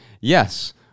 yes